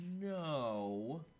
No